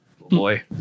Boy